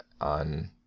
on